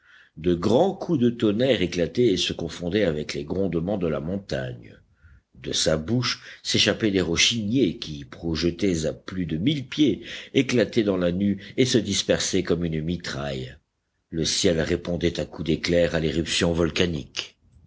de grands coups de tonnerre éclataient et se confondaient avec les grondements de la montagne de sa bouche s'échappaient des roches ignées qui projetées à plus de mille pieds éclataient dans la nue et se dispersaient comme une mitraille le ciel répondait à coups d'éclairs à l'éruption volcanique